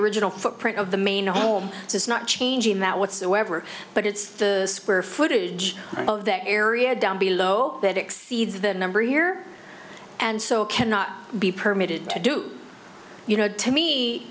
original footprint of the main home it's not changing that whatsoever but it's the square footage of that area down below that exceeds the number here and so cannot be permitted to do you know to me